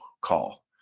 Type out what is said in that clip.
call